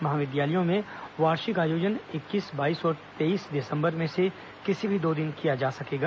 महाविद्यालयों में वार्षिक आयोजन इक्कीस बाईस और तेईस दिसंबर में से किसी भी दो दिन किया जाएगा